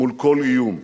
מול כל איום.